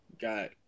got